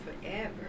forever